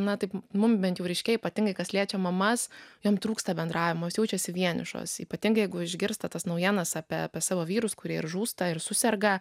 na taip mum bent jau ryškėja ypatingai kas liečia mamas jom trūksta bendravimo jos jaučiasi vienišos ypatingai jeigu išgirsta tas naujienas apie apie savo vyrus kurie žūsta ir suserga